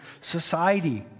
society